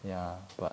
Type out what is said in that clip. ya but